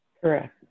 Correct